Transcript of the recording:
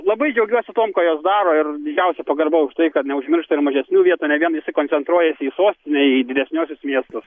labai džiaugiuosi tuom kuo jos daro ir didžiausia pagarba už tai kad neužmiršta ir mažesnių vietų ne vien visi koncentruojasi į sostinę į į didesniuosius miestus